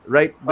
Right